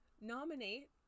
Nominate